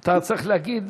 אתה צריך להוסיף,